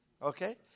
Okay